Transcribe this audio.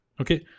okay